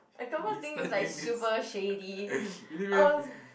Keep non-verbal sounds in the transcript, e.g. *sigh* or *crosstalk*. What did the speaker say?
*laughs* you start doing this *laughs* really meh *noise*